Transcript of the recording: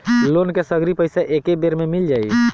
Loan के सगरी पइसा एके बेर में मिल जाई?